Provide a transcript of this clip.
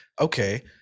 okay